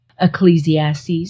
Ecclesiastes